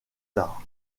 tard